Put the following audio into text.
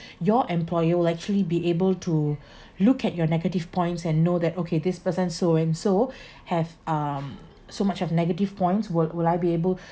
your employer will actually be able to look at your negative points and know that okay this person so and so have um so much of negative points wou~ would I be able